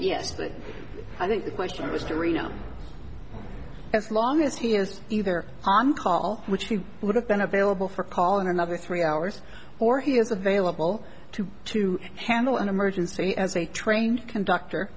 yesterday i think the question was to reno as long as he is either on call which he would have been available for calling another three hours or he is available to to handle an emergency as a train conductor